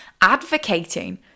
advocating